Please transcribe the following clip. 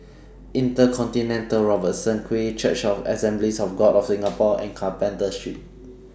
InterContinental Robertson Quay Church of The Assemblies of God of Singapore and Carpenter Street